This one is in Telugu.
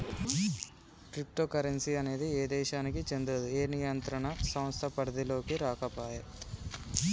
క్రిప్టో కరెన్సీ అనేది ఏ దేశానికీ చెందదు, ఏ నియంత్రణ సంస్థ పరిధిలోకీ రాకపాయే